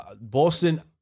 Boston